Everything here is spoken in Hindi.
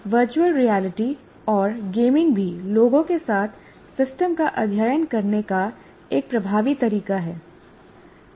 वर्चुअल रियलिटी और गेमिंग भी लोगों के साथ सिस्टम का अध्ययन करने का एक प्रभावी तरीका है